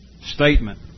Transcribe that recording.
statement